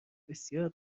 بسیار